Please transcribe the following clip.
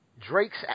Drake's